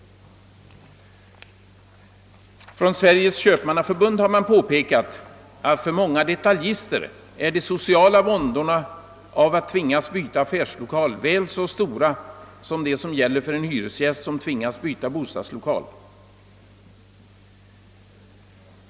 Sveriges köpmannaförbund har påpekat att för många detaljister de sociala vådorna av att tvingas byta affärslokal är väl så stora som de vilka drabbar en hyresgäst som tvingas byta bostadslokal.